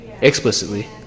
explicitly